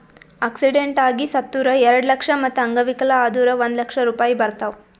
accident ಆಗಿ ಸತ್ತುರ್ ಎರೆಡ ಲಕ್ಷ, ಮತ್ತ ಅಂಗವಿಕಲ ಆದುರ್ ಒಂದ್ ಲಕ್ಷ ರೂಪಾಯಿ ಬರ್ತಾವ್